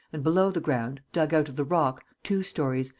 and below the ground, dug out of the rock, two stories,